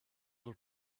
other